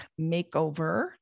makeover